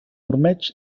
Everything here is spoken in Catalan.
ormeig